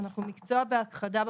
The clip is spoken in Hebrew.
אנחנו מקצוע בהכחדה,